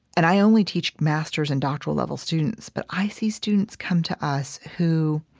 and i only teach masters and doctoral level students but i see students come to us who